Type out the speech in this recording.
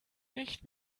nicht